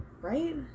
right